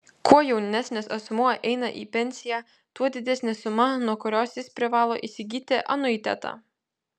kuo jaunesnis asmuo eina į pensiją tuo didesnė suma nuo kurios jis privalo įsigyti anuitetą